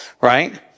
right